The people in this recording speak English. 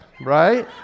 Right